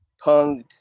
Punk